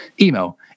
email